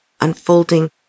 unfolding